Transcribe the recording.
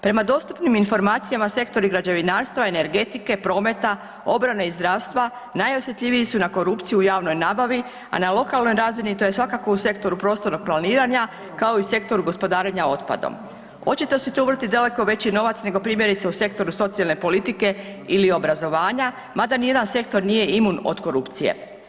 Prema dostupnim informacijama sektori građevinarstva, energetike, prometa, obrane i zdravstva najosjetljiviji su na korupciju u javnoj nabavi, a na lokalnoj razini to je svakako u sektoru prostornog planiranja kao i u sektoru gospodarenja otpadom. očito se tu vrti daleko veći novac nego primjerice u sektoru socijalne politike ili obrazovanja mada nijedan sektor nije imun od korupcije.